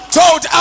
told